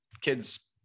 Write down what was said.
kids